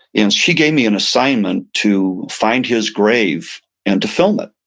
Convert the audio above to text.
and she gave me an assignment to find his grave and to film it.